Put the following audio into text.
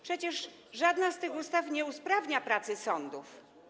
Przecież żadna z tych ustaw nie usprawnia pracy sądów.